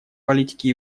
политики